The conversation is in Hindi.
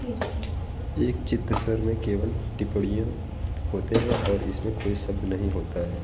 एक चित्तस्वर में केवल टिप्पणियाँ होते हैं और इसमें कोई शब्द नहीं होता है